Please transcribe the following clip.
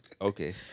Okay